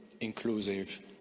inclusive